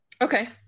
Okay